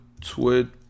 Twitter